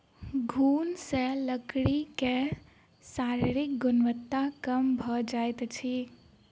घुन सॅ लकड़ी के शारीरिक गुणवत्ता कम भ जाइत अछि